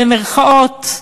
במירכאות,